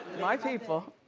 my people.